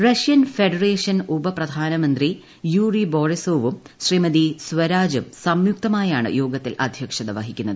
Russian federation ഉപപ്രധാനമന്ത്രി Yuri ബൊറിസോവും ശ്രീമതി സ്വരാജും സംയുക്തമായാണ് യോഗത്തിൽ അധൃക്ഷത വഹിക്കുന്നത്